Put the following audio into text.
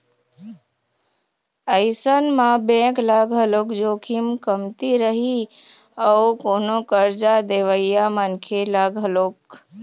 अइसन म बेंक ल घलोक जोखिम कमती रही अउ कोनो करजा देवइया मनखे ल घलोक